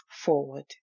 forward